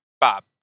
Bob